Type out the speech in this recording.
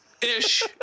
Ish